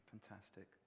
Fantastic